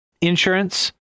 insurance